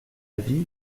vie